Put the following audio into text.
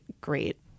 great